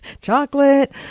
Chocolate